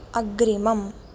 अग्रिमम्